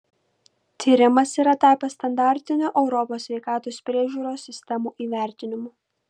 tyrimas yra tapęs standartiniu europos sveikatos priežiūros sistemų įvertinimu